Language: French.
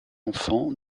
enfants